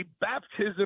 baptism